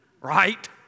right